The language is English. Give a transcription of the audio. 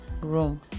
room